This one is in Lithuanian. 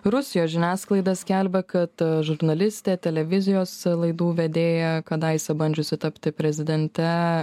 rusijos žiniasklaida skelbia kad žurnalistė televizijos laidų vedėja kadaise bandžiusi tapti prezidente